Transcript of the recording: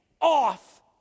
off